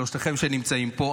שלושתכם שנמצאים פה,